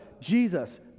Jesus